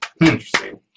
Interesting